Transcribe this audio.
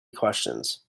questions